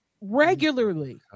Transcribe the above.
regularly